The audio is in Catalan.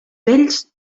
vells